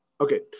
Okay